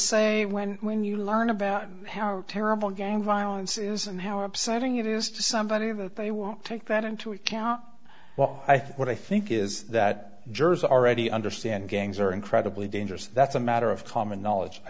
say when when you learn about how terrible gang violence is and how upsetting it is to somebody that they won't take that into account well i think what i think is that jurors are already understand gangs are incredibly dangerous that's a matter of common knowledge i